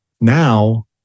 now